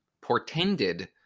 portended